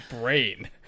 brain